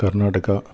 Karnataka